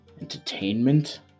entertainment